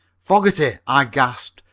fogerty, i gasped,